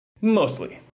Mostly